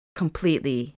completely